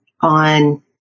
on